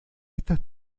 estas